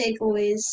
takeaways